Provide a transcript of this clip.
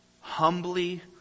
humbly